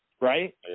Right